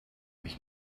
mich